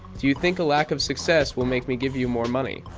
do you think a lack of success will make me give you more money?